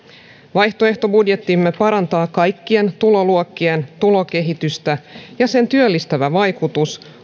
vaihtoehtobudjettimme parantaa kaikkien tuloluokkien tulokehitystä ja sen työllistävä vaikutus